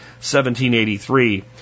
1783